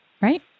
right